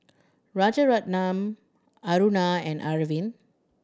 Rajaratnam Aruna and Arvind